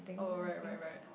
oh right right right